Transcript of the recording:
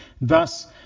thus